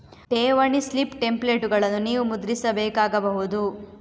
ಠೇವಣಿ ಸ್ಲಿಪ್ ಟೆಂಪ್ಲೇಟುಗಳನ್ನು ನೀವು ಮುದ್ರಿಸಬೇಕಾಗಬಹುದು